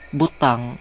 butang